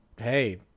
hey